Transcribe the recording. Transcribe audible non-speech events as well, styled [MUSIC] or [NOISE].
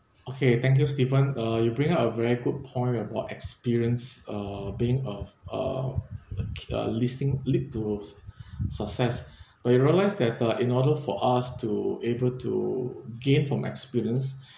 okay thank you stephen uh you bring up a very good point about experience uh being of uh [NOISE] uh listing lead to s~ [BREATH] success but you realise that uh in order for us to able to gain from experience